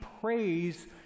praise